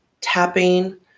Tapping